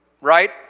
right